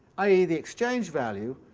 i e. the exchange-value,